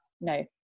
no